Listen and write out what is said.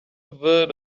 word